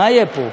מה יהיה פה?